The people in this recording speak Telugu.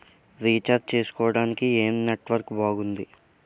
రీఛార్జ్ చేసుకోవటానికి ఏం నెట్వర్క్ బాగుంది?